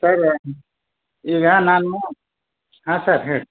sir ಈಗ ನಾನು ಹಾಂ ಸರ್ ಹೇಳಿ